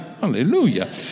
Hallelujah